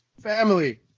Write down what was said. family